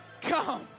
come